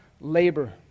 labor